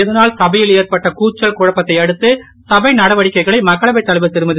இதனால் சபையில் ஏற்பட்ட கூச்சல் குழப்பத்தையடுத்து சபை நடவடிக்கைகளை மக்களவைத் தலைவர் திருமதி